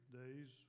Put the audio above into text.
days